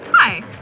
Hi